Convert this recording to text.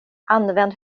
använd